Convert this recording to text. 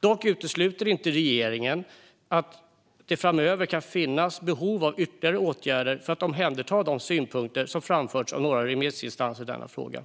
Dock utesluter inte regeringen att det framöver kan finnas behov av ytterligare åtgärder för att omhänderta de synpunkter som har framförts av några remissinstanser i denna fråga.